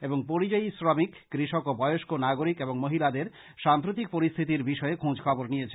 এবং পরিযায়ী শ্রমিক কৃষক ও বয়স্ক নাগরিক এবং মহিলাদের সাম্প্রতিক পরিস্থিতির বিষয়ে খোঁজখবর নিয়েছেন